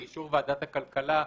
באישור ועדת הכלכלה,